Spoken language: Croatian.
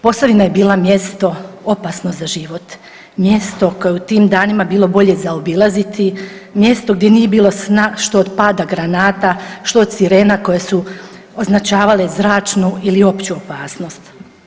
Posavina je bila mjesto opasno za život, mjesto koje je u tim danima bilo bolje zaobilaziti, mjesto gdje nije bilo sna, što od pada granata, što od sirena koje su označavale zračnu ili opću opasnost.